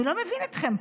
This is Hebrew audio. אני לא מבין אתכם.